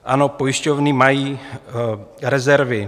Ano, pojišťovny mají rezervy.